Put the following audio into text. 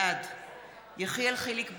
בעד יחיאל חיליק בר,